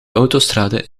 autostrade